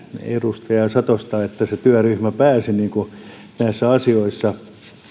edustaja satosta että se työryhmä pääsi näissä asioissa